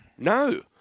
No